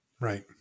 Right